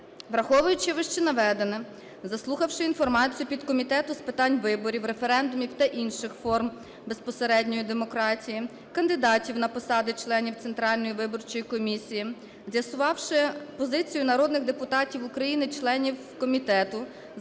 Враховуючи вищенаведене, заслухавши інформацію підкомітету з питань виборів, референдумів та інших форм безпосередньої демократії, кандидатів на посади членів Центральної виборчої комісії, з'ясувавши позицію народних депутатів України, членів комітету,